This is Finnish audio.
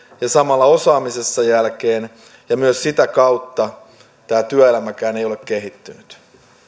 ja samalla osaamisessa jälkeen ja myös sitä kautta tämä työelämäkään ei ole kehittynyt